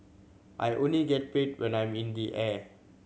I only get paid when I'm in the air